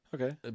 Okay